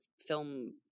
film